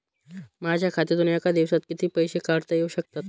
माझ्या खात्यातून एका दिवसात किती पैसे काढता येऊ शकतात?